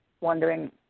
wondering